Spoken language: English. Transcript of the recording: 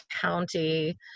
County